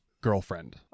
girlfriend